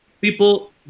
people